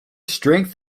strength